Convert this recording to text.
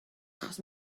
achos